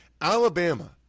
alabama